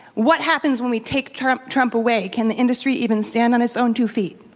what happens when we take trump trump away? can the industry even stand on its own two feet?